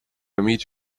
meet